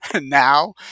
Now